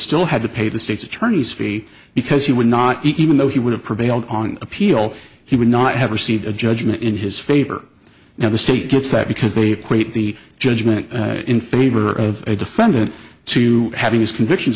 still had to pay the state's attorney's fee because he would not even though he would have prevailed on appeal he would not have received a judgment in his favor now the state gets that because they create the judgment in favor of a defendant to having his convictions